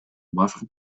башкы